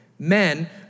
Men